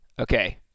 Okay